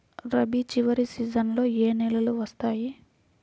రబీ చివరి సీజన్లో ఏ నెలలు వస్తాయి?